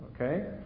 Okay